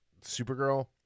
Supergirl